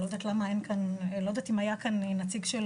אני לא יודעת למה אין כאן נציג של